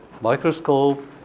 microscope